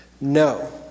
No